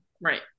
Right